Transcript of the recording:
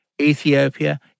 Ethiopia